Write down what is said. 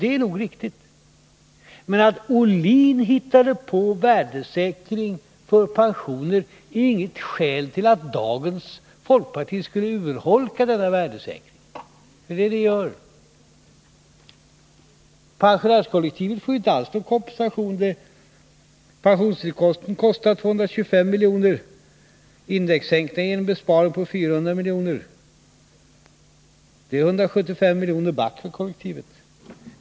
Det är nog riktigt, men att Ohlin hittade på värdesäkring av pensionerna är inget skäl till att dagens folkparti skulle urholka denna värdesäkring. Det är vad ni gör. Pensionärskollektivet får inte alls någon kompensation. Pensionstillskotten kostar 225 miljoner, och indexsänkningen ger en besparing på 400 miljoner. Det är 175 miljoner back för kollektivet.